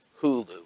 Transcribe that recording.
Hulu